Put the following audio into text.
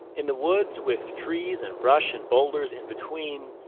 in the woods, with trees and brush and boulders in between,